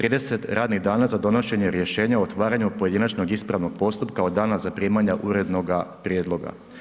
30 radnih rada za donošenje rješenja o otvaranju pojedinačnog ispravnog postupka od dana zaprimanja urednoga prijedloga.